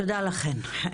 תודה לכן.